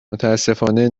متأسفانه